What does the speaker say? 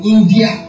India